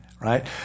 right